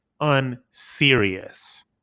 unserious